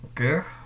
Okay